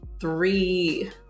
three